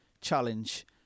challenge